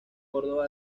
córdoba